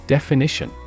Definition